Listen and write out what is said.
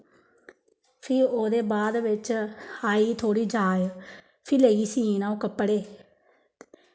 फ्ही ओह्दे बाद बिच्च आई थोह्ड़ी जाच फ्ही लगी सीन अऊं कपड़े